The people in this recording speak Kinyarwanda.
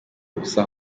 ubusa